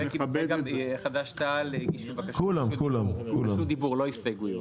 גם חד"ש תע"ל הגישו בקשת רשות דיבור לא הסתייגויות.